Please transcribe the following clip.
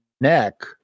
neck